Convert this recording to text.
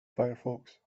firefox